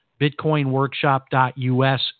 BitcoinWorkshop.us